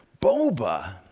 Boba